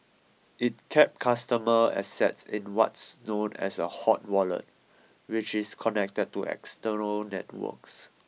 it kept customer assets in what's known as a hot wallet which is connected to external networks